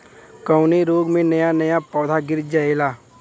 कवने रोग में नया नया पौधा गिर जयेला?